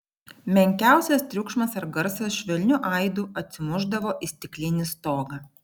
menkiausias triukšmas ar garsas švelniu aidu atsimušdavo į stiklinį stogą